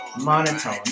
Monotone